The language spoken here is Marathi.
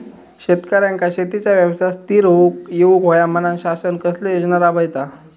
शेतकऱ्यांका शेतीच्या व्यवसायात स्थिर होवुक येऊक होया म्हणान शासन कसले योजना राबयता?